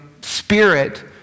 spirit